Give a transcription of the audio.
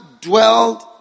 dwelled